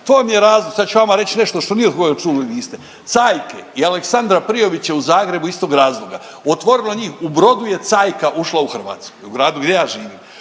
vam je razlog. Sad ću ja vama reći nešto što od nikoga čuli niste. Cajke i Aleksandra Prijović je u Zagrebu iz tog razloga. Otvorilo njih, u Brodu je cajka ušla u Hrvatsku, u gradu gdje ja živim.